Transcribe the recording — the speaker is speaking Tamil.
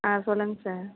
ஆ சொல்லுங்க சார்